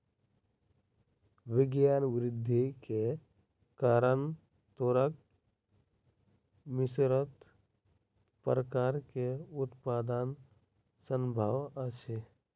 विज्ञान वृद्धि के कारण तूरक मिश्रित प्रकार के उत्पादन संभव अछि